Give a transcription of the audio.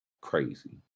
crazy